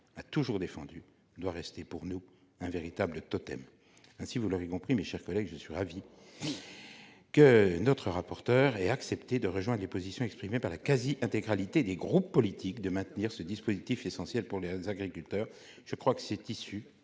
a toujours défendue, doit rester pour nous un véritable totem. Ainsi, vous l'aurez compris, mes chers collègues, je suis ravi que notre rapporteure ait accepté de rejoindre les positions exprimées par la quasi-intégralité des groupes politiques visant à maintenir ce dispositif essentiel pour les agriculteurs. Cette issue